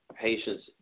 patients